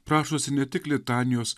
prašosi ne tik litanijos